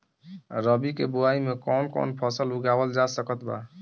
रबी के बोआई मे कौन कौन फसल उगावल जा सकत बा?